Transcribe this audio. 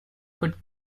could